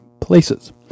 places